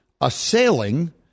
assailing